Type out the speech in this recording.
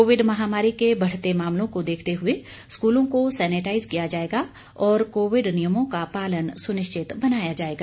Covid महामारी के बढ़ते मामलों को देखते हए स्कूलों को सैनेटाइज किया जाएगा और कोविड नियमों का पालन सुनिश्चित बनाया जाएगा